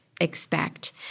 expect